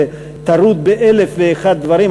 שטרוד באלף ואחד דברים,